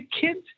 kids